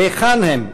"היכן הם,